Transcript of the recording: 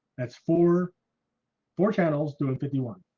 that's for four channels doing fifty one